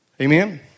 Amen